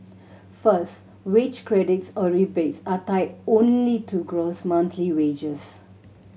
first wage credits or rebates are tied only to gross monthly wages